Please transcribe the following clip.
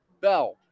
Bell